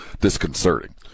disconcerting